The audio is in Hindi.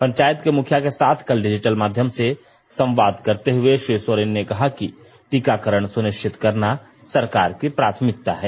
पंचायत के मुखिया के साथ कल डिजिटल माध्यम से संवाद करते हुए कहा कि श्री सोरेन ने कहा कि टीकाकरण सुनिष्चित करना सरकार की प्राथमिकता है